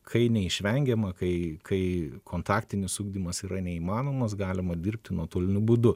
kai neišvengiama kai kai kontaktinis ugdymas yra neįmanomas galima dirbti nuotoliniu būdu